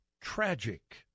tragic